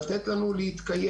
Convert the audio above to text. לתת לנו להתקיים,